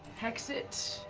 hex it?